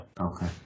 Okay